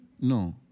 No